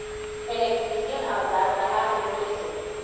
Electrician औजार कहाक बोले छे?